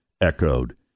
echoed